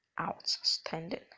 Outstanding